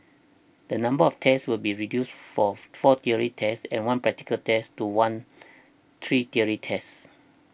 the number of tests will be reduced for four theory tests and one practical test to one three theory tests